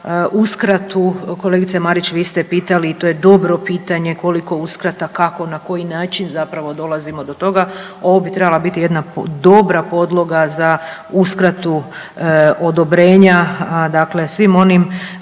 uskratu, kolegice Marić vi ste pitali i to je dobro pitanje koliko uskrata, kako, na koji način zapravo dolazimo do toga. Ovo bi trebala biti jedna dobra podloga za uskratu odobrenja dakle svim onim